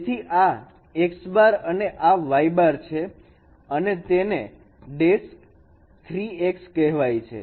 તેથી આ x' અને આ y' છે અને તેને 3x કહેવાય છે